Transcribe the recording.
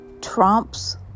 Trump's